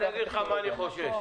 אגיד לך ממה אני חושש,